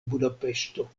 budapeŝto